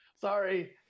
Sorry